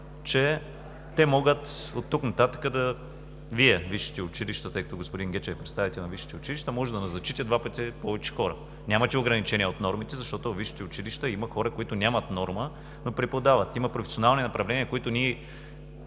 че те могат – Вие, висшите училища, тъй като господин Гечев е представител на висшите училища – оттук нататък може да назначите два пъти повече хора. Нямате ограничение от нормите, защото във висшите училища има хора, които нямат норма, но преподават. Има професионални направления, на които ние